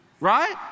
right